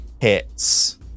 hits